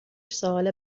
سوال